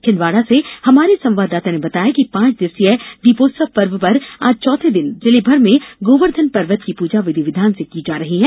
छिन्दवाड़ा से हमारे संवाददाता ने बताया कि पांच दिवसीय दीपोत्सव पर्व पर आज चौथे दिन जिले भर में गोवर्धन पर्वत की पूजा विधि विधान से की जा रही है